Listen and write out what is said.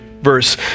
verse